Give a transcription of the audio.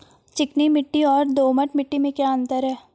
चिकनी मिट्टी और दोमट मिट्टी में क्या अंतर है?